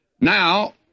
Now